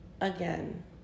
Again